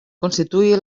constituye